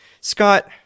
Scott